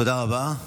תודה רבה.